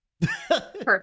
perfect